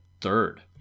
Third